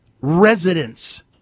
residents